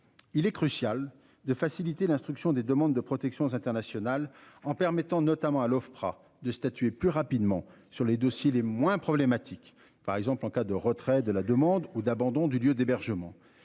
Il est crucial de faciliter l'instruction des demandes de protection internationale en permettant notamment à l'Ofpra de statuer plus rapidement sur les dossiers les moins problématique par exemple en cas de retrait de la demande ou d'abandon du lieu d'hébergement,